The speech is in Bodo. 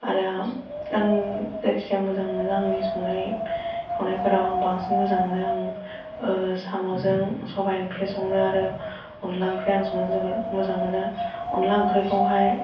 आरो आं जायखिजाया मोजां मोनो आंनि संनाय खावनायफोराव आं बांसिन मोजां मोनो आं साम'जों सबाय ओंख्रि सङो आरो अनला ओंख्रि आं संनो जोबोद मोजां मोनो अनला ओंख्रिखौहाय